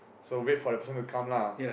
so wait for the person to come lah